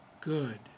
good